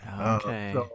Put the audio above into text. Okay